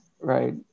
right